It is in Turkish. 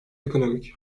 ekonomik